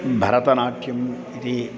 भरतनाट्यम् इति